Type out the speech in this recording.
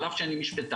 על אף שאני משפטן.